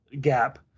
gap